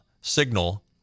Signal